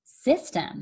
system